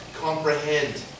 comprehend